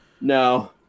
No